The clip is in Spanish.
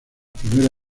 primera